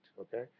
okay